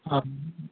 हा